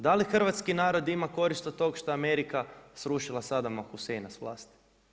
Da li hrvatski narod ima korist od toga što Amerika srušila Saddama Husseina s vlasti?